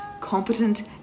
competent